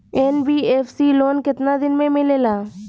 NBFC loan केतना दिन मे मिलेला?